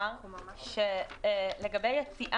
ועד שהם מוצאים דרך אחרת ללמוד ולחיות בכבוד